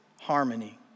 harmony